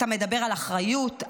אתה מדבר על אחריות,